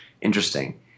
interesting